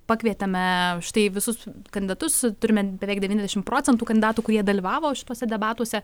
pakvietėme štai visus kandidatus turime beveik devyniasdešimt procentų kandidatų kurie dalyvavo šituose debatuose